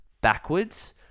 Backwards